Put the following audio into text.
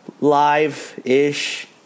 live-ish